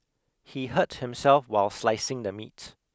he hurt himself while slicing the meat